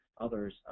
others